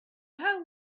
how